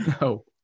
No